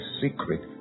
secret